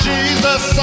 Jesus